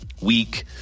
weak